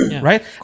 right